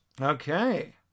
Okay